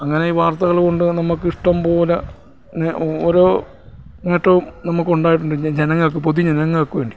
അങ്ങനെ ഈ വർത്തകള് കൊണ്ട് വന്ന് നമ്മക്കിഷ്ടംപോലെ ഓരോ നേട്ടവും നമുക്കുണ്ടായിട്ടുണ്ട് ജനങ്ങൾക്ക് പൊതുജനങ്ങൾക്കുവേണ്ടി